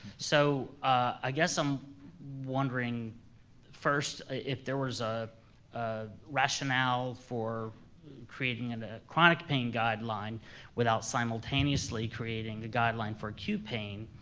so i guess i'm wondering first, if there was ah a rationale for creating and a chronic pain guideline without simultaneously creating the guideline for acute pain.